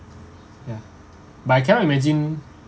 ya but I cannot imagine